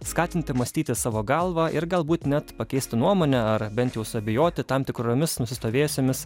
skatinti mąstyti savo galva ir galbūt net pakeisti nuomonę ar bent jau suabejoti tam tikromis nusistovėjusiomis